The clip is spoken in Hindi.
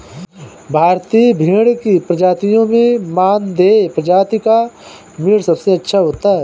भारतीय भेड़ की प्रजातियों में मानदेय प्रजाति का मीट सबसे अच्छा होता है